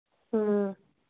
ꯎꯝ